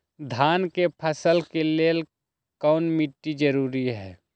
धान के फसल के लेल कौन मिट्टी जरूरी है?